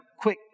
quick